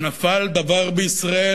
ונפל דבר בישראל.